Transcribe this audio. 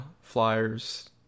Flyers